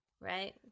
Right